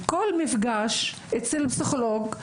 כל מפגש אצל פסיכולוג,